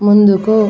ముందుకు